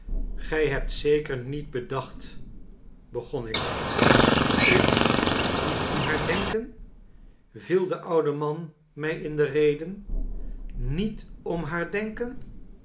gij hebt zeker niet bedacht begon ik ik niet om haar denken viel de oude man mij in de rede niet om haar denken